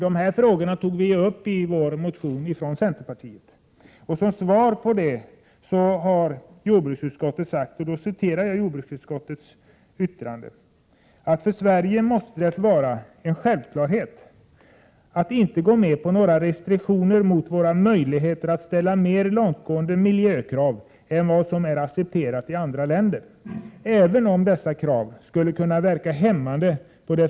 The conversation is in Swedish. De frågorna har vi från centerpartiet tagit upp i vår motion, där vi har sagt att det för Sverige måste vara en självklarhet att inte gå med på några restriktioner för våra möjligheter att ställa mer långtgående miljökrav än vad som kan vara accepterat i andra länder, även om dessa krav skulle kunna verka hämmande på det fria varuflödet.